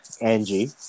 Angie